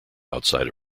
outside